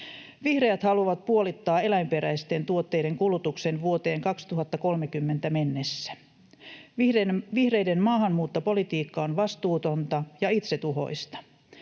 Vihreät haluavat puolittaa eläinperäisten tuotteiden kulutuksen vuoteen 2030 mennessä. Vihreiden maahanmuuttopolitiikka on vastuutonta ja itsetuhoista.